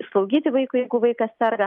slaugyti vaikui jeigu vaikas serga